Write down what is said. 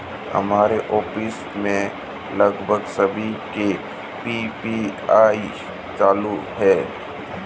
हमारे ऑफिस में लगभग सभी के पी.पी.आई चालू है